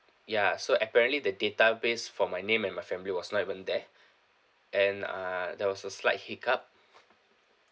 ya so apparently the database for my name and my family was not even there and uh there was a slight hiccup